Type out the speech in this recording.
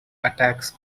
attacks